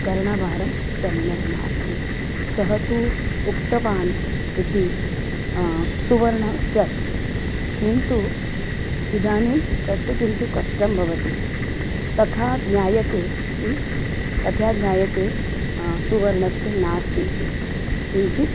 कर्णाभरणं सम्यक् नास्ति सः तु उक्तवान् इति सुवर्णस्य अस्ति किन्तु इदानीं तत्ते किन्तु कष्टं भवति तथा ज्ञायते अपि तथा ज्ञायते सुवर्णस्य नास्ति इति किञ्चित्